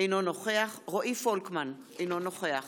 אינו נוכח רועי פולקמן, אינו נוכח